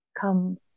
come